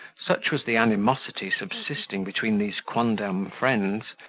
such was the animosity subsisting between these quondam friends,